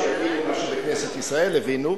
שיבינו מה שבכנסת ישראל הבינו.